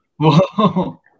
Whoa